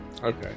Okay